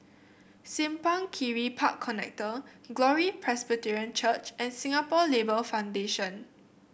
Simpang Kiri Park Connector Glory Presbyterian Church and Singapore Labour Foundation